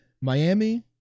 Miami